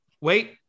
wait